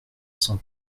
cent